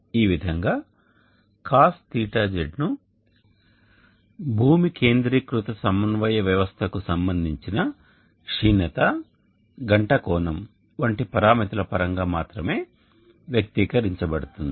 ఈ విధంగా cosθz ను భూమి కేంద్రీకృత సమన్వయ వ్యవస్థకు సంబంధించిన క్షీణత గంట కోణం వంటి పరామితుల పరంగా మాత్రమే వ్యక్తీకరించబడుతుంది